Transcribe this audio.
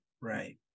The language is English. Right